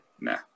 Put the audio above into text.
nah